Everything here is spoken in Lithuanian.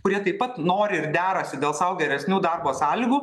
kurie taip pat nori ir derasi dėl sau geresnių darbo sąlygų